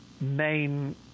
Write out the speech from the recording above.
main